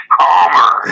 calmer